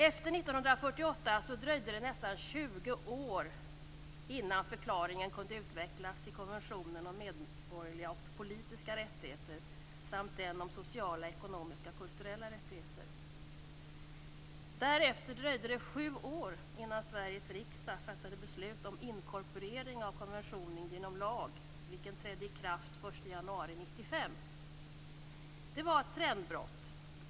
Efter 1948 dröjde det nästan 20 år innan förklaringen kunde utvecklas till konventionen om medborgerliga och politiska rättigheter samt konventionen om sociala, ekonomiska och kulturella rättigheter. Därefter dröjde det sju år innan Sveriges riksdag fattade beslut om inkorporering av konventionen genom lag vilken trädde i kraft den 1 januari 1995. Det var ett trendbrott.